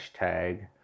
hashtag